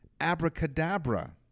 abracadabra